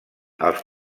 els